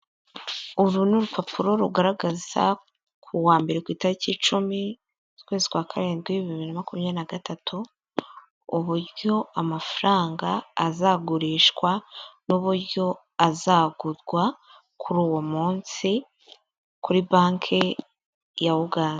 Uru ni urupapuro rugaragaza ku wa mbere ku itariki cumi z'ukwezi kwa karindwi, bibiri na makumyabiri na gatatu, uburyo amafaranga azagurishwa n'uburyo azagurwa kuri uwo munsi kuri banki ya Uganda.